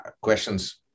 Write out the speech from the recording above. questions